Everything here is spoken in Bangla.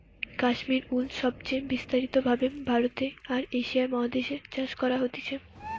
কাশ্মীর উল সবচে বিস্তারিত ভাবে ভারতে আর এশিয়া মহাদেশ এ চাষ করা হতিছে